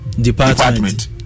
department